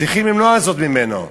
צריכים למנוע זאת ממנו.